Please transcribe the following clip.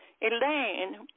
Elaine